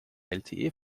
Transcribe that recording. lte